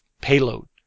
payload